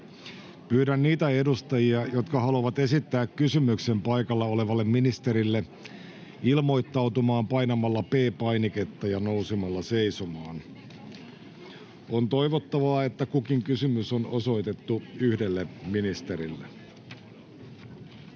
Pyydän niitä edustajia, jotka haluavat esittää kysymyksen paikalla olevalle ministerille, ilmoittautumaan painamalla P-painiketta ja nousemalla seisomaan. On toivottavaa, että kukin kysymys on osoitettu yhdelle ministerille.